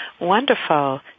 Wonderful